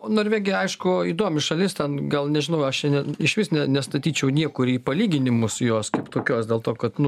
norvegija aišku įdomi šalis ten gal nežinau aš šiandien išvis ne nestatyčiau nieko į palyginimu su jos kaip tokios dėl to kad nu